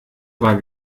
war